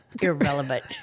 Irrelevant